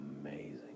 amazing